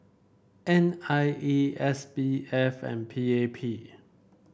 N I E S B F and P A P